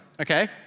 okay